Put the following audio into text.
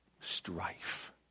strife